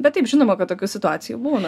bet taip žinoma kad tokių situacijų būna